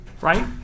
right